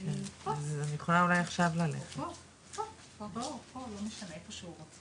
אז או שלא צריך את זה